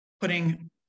putting